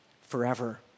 forever